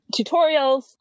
tutorials